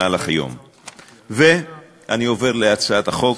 אני עובר להצעת החוק,